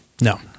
No